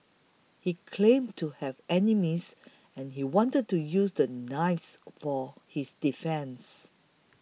he claimed to have enemies and he wanted to use the knives for his defence